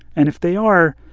and if they are,